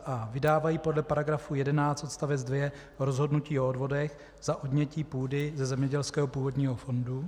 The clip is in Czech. a) vydávají podle § 11 odst. 2 rozhodnutí o odvodech za odnětí půdy ze zemědělského půdního fondu,